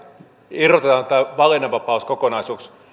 irrotetaan tämä valinnanvapauskokonaisuus